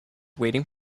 waiting